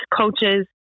Coaches